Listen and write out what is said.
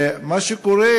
ומה שקורה,